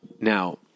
Now